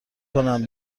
کنم